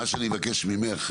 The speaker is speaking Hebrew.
מה שאני מבקש ממך,